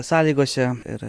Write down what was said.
sąlygose ir